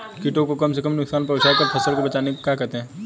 कीटों को कम से कम नुकसान पहुंचा कर फसल को बचाने को क्या कहते हैं?